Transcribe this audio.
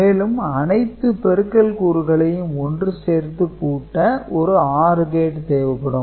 மேலும் அனைத்து பெருக்கல் கூறுகளையும் ஒன்று சேர்த்து கூட்ட ஒரு OR கேட் தேவைப்படும்